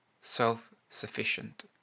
self-sufficient